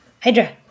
Hydra